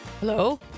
Hello